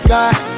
God